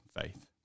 faith